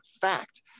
fact